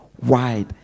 wide